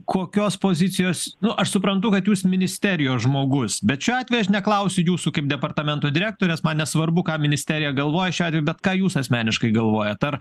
kokios pozicijos nu aš suprantu kad jūs ministerijos žmogus bet šiuo atveju aš neklausiu jūsų kaip departamento direktorės man nesvarbu ką ministerija galvoja šiuo atveju bet ką jūs asmeniškai galvojat ar